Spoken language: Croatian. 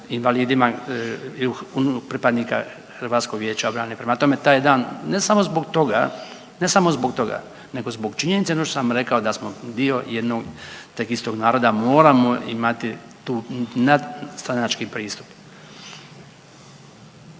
invalidima pripadnika HVO-a. Prema tome, taj dan ne samo zbog toga, ne samo zbog toga, nego zbog činjenice, ono što sam vam rekao, da smo dio jednog te istog naroda, moramo imati tu nadstranački pristup.